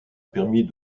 permis